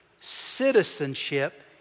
citizenship